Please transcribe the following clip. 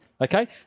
Okay